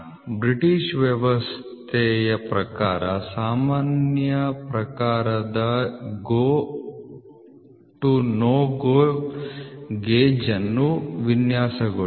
British ವ್ಯವಸ್ಥೆಯ ಪ್ರಕಾರ ಸಾಮಾನ್ಯ ಪ್ರಕಾರದ GO to NO GO gauge ಅನ್ನು ವಿನ್ಯಾಸಗೊಳಿಸಿ